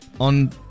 on